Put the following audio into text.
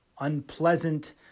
unpleasant